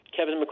Kevin